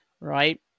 Right